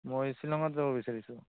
মই শ্বিলংত যাব বিচাৰিছোঁ